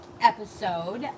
episode